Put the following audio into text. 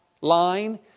line